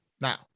Now